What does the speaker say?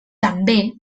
també